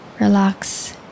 Relax